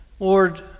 Lord